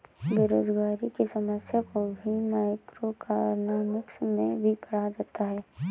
बेरोजगारी की समस्या को भी मैक्रोइकॉनॉमिक्स में ही पढ़ा जाता है